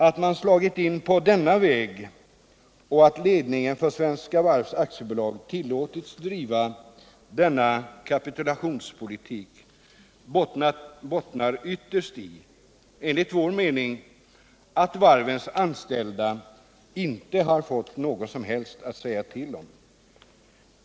Alt man slagit in på denna väg och att ledningen för Svenska Varv AB tillåtits driva denna kapitulationspolitik bottnar enligt vår mening ytterst i att varvens anställda inte fått något som helst att säga till om.